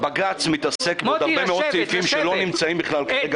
בג"ץ מתעסק בעוד הרבה מאוד סעיפים שלא נמצאים בכלל על השולחן כאן.